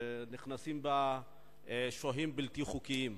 שנכנסים דרכו שוהים בלתי חוקיים.